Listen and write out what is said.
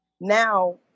now